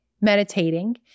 meditating